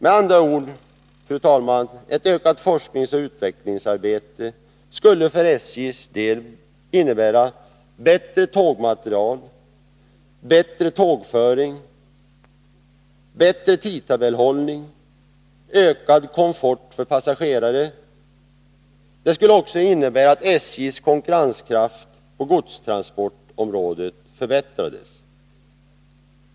Med andra ord, fru talman, skulle ett ökat forskningsoch utvecklingsarbete för SJ:s del innebära bättre tågmateriel, bättre tågföring, bättre tidtabellshållning och ökad komfort för passagerarna. Det skulle också innebära att SJ:s konkurrenskraft på godstransportområdet förbättrades.